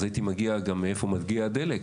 אז הייתי מגיע גם מאיפה מגיע הדלק,